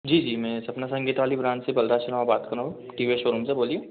जी जी मैं सपना संगीता वाली ब्रांच से बलराज शर्मा बात कर रहा हूँ टी वी एस शोरूम से बाेलिए